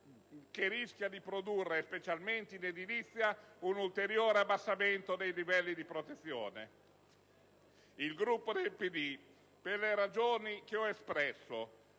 che rischia di produrre, specialmente in edilizia, un ulteriore abbassamento dei livelli di protezione. Il Gruppo del PD, per le ragioni che ho esposto,